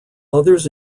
others